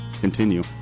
continue